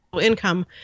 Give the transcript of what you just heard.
income